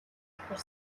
болохоор